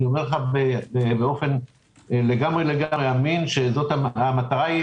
אני אומר לכם באופן לגמרי אמין שהמטרה היא